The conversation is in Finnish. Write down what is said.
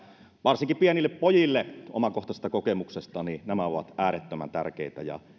varsinkin pienille pojille omakohtaisesta kokemuksestani nämä ovat äärettömän tärkeitä